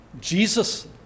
Jesus